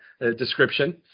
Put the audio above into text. description